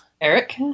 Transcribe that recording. Eric